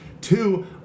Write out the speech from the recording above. Two